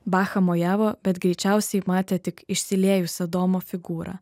bacha mojavo bet greičiausiai matė tik išsiliejusią domo figūrą